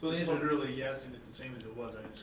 the answer's really yes and it's it's